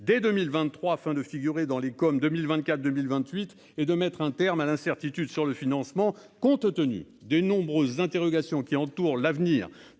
dès 2023 afin de figurer dans les comme 2024 2000 28 et de mettre un terme à l'incertitude sur le financement, compte tenu des nombreuses interrogations qui entourent l'avenir